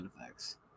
effects